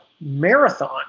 marathon